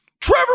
Trevor